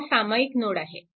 हा सामायिक नोड आहे